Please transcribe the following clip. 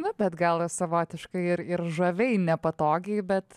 na bet gal savotiškai ir ir žaviai nepatogiai bet